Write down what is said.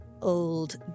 old